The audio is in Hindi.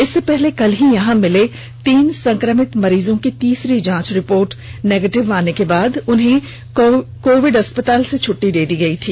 इससे पहले कल ही यहां मिले तीन संक्रमित मरीजों की तीसरी जांच रिपोर्ट निगेटिव आने के बाद उन्हें कोविड अस्पताल से छुट्टी दे दी गई थी